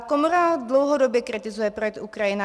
Komora dlouhodobě kritizuje projekt Ukrajina.